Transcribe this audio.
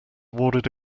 awarded